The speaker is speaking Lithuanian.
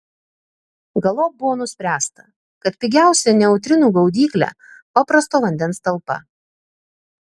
galop buvo nuspręsta kad pigiausia neutrinų gaudyklė paprasto vandens talpa